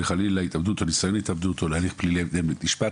לחלילה התאבדות או ניסיון התאבדות או להליך פלילי המתנהל בבית משפט,